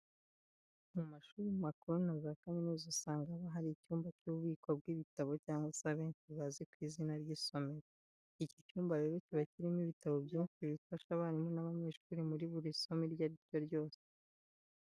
Mu mashuri makuru na za kaminuza usanga haba hari icyumba cy'ububiko bw'ibitabo cyangwa se abenshi bazi ku izina ry'isomero. Iki cyumba rero kiba kirimo ibitabo byinshi bifasha abarimu n'abanyeshuri muri buri somo iryo ari ryo ryose.